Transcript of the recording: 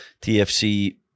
TFC